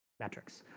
metrics.